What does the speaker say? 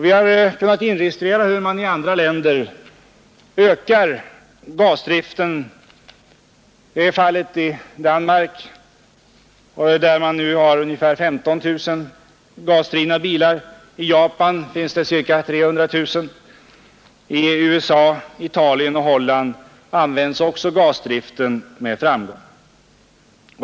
Vi har kunnat inregistrera hur man i andra länder ökar gasdriften. Det är fallet i Danmark där man nu har ungefär 15 000 gasdrivna bilar. I Japan finns ca 300 000, i USA, Italien och Holland används också gasdriften med framgång.